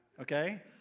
okay